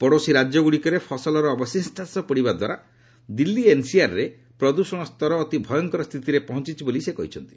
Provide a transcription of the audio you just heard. ପଡ଼ୋଶୀ ରାଜ୍ୟଗୁଡ଼ିକରେ ପସଲର ଅବଶିଷ୍ଟାଂଶ ପୋଡ଼ିବା ପଦ୍ୱାରା ଦିଲ୍ଲୀ ଏନ୍ସିଆର୍ରେ ପ୍ରଦ୍ଷଣ ସ୍ତର ଅତି ଭୟଙ୍କର ସ୍ଥିତିରେ ପହଞ୍ଚଛି ବୋଲି ସେ କହିଛନ୍ତି